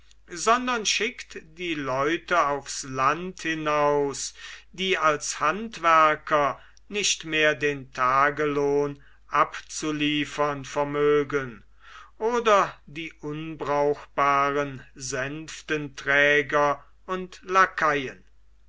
sondern schickt die leute aufs land hinaus die als handwerker nicht mehr den tagelohn abzuliefern vermögen oder die unbrauchbaren sänftenträger und lakaien